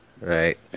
Right